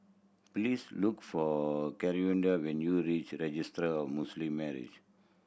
please look for Claudia when you reach Registry Muslim Marriage